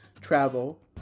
travel